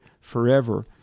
forever